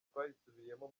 twayisubiyemo